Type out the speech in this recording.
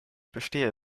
bestehe